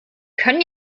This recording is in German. können